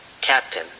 Captain